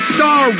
Star